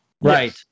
Right